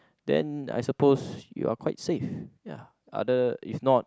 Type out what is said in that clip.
then I suppose you're quite safe ya other if not